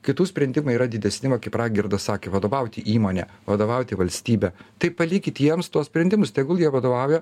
kitų sprendimai yra didesni va kaip raigardas sakė vadovauti įmonę vadovauti valstybę tai palikit jiems tuos sprendimus tegul jie vadovauja